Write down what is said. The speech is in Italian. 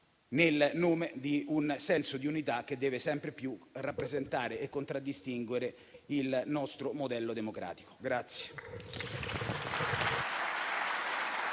nel nome di un senso di unità che deve sempre più contraddistinguere il nostro modello democratico.